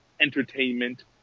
entertainment